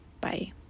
Bye